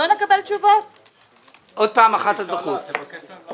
לא סקרנים, אף אחד, אל תטיפי מוסר לאף אחד.